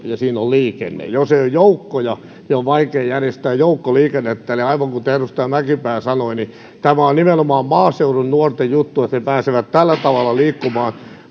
ja siinä on liikenne jos ei ole joukkoja niin on vaikea järjestää joukkoliikennettä eli aivan kuten edustaja mäkipää sanoi tämä on nimenomaan maaseudun nuorten juttu että he pääsevät tällä tavalla liikkumaan